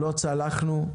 לא צלחנו.